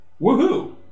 Woohoo